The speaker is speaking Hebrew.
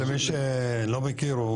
מי שלא מכיר,